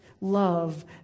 love